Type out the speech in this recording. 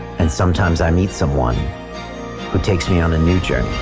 and sometimes i meet someone who takes me on a new